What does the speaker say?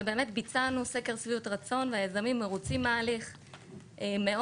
שבאמת ביצענו סקר שביעות רצון והיזמים מרוצים מההליך מאוד,